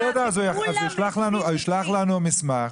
בסדר, אז הוא ישלח לנו מסמך.